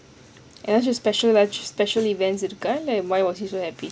anything special special events இருக்கா:irukka